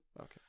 Okay